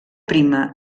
prima